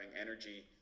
energy